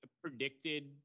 predicted